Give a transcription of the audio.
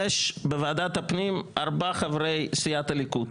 יש בוועדת הפנים ארבעה חברי סיעת הליכוד.